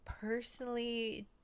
Personally